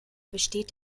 besteht